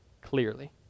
clearly